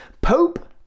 Pope